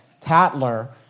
tattler